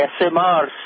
SMRs